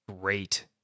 Great